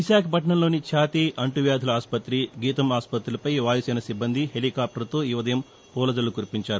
విశాఖపట్టణంలోని ఛాతి అంటువ్యాధుల ఆసుపత్రి గీతం ఆసుపత్రులపై వాయుసేన సిబ్బంది హెలీకాప్లర్తో ఈ ఉదయం పూలజల్ల కురిపించారు